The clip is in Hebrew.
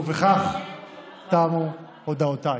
בכך תמו הודעותיי.